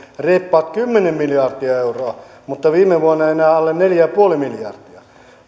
reippaat kymmenen miljardia euroa mutta viime vuonna enää alle neljä pilkku viisi miljardia